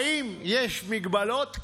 האם יש מגבלות?